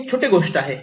ही एक छोटी गोष्ट आहे